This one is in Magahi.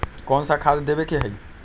कोन सा खाद देवे के हई?